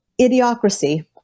idiocracy